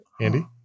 Andy